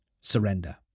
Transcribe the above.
surrender